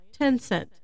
Tencent